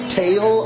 tail